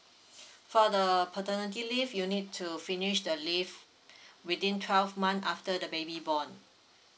for the paternity leave you need to finish the leave within twelve months after the baby born